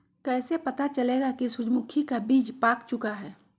कैसे पता चलेगा की सूरजमुखी का बिज पाक चूका है?